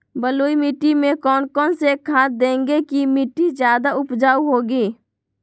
बलुई मिट्टी में कौन कौन से खाद देगें की मिट्टी ज्यादा उपजाऊ होगी?